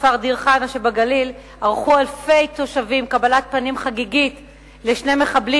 בכפר דיר-חנא שבגליל ערכו אלפי תושבים קבלת פנים חגיגית לשני מחבלים